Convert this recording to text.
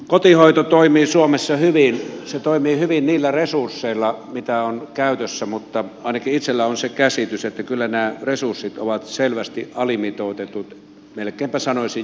kotihoito toimii suomessa hyvin se toimii hyvin niillä resursseilla mitä on käytössä mutta ainakin itselläni on se käsitys että kyllä nämä resurssit ovat selvästi alimitoitetut melkeinpä sanoisin